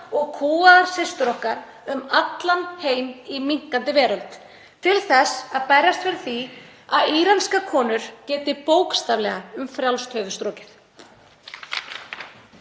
og kúgaðar systur okkar um allan heim í minnkandi veröld, til þess að berjast fyrir því að íranska konur geti bókstaflega um frjálst höfuð strokið.